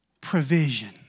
provision